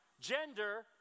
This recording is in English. gender